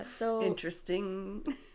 Interesting